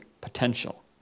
potential